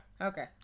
okay